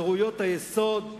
לחירויות היסוד,